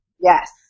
Yes